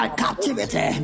captivity